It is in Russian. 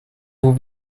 был